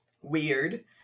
Weird